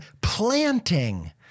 planting